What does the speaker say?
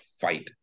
fight